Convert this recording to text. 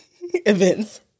events